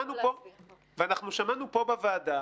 שמענו פה בוועדה